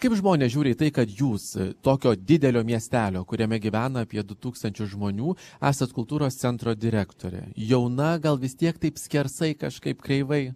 kaip žmonės žiūri į tai kad jūs tokio didelio miestelio kuriame gyvena apie du tūkstančius žmonių esat kultūros centro direktorė jauna gal vis tiek taip skersai kažkaip kreivai